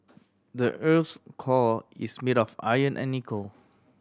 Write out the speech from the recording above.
the earth's core is made of iron and nickel